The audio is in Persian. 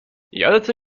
یادته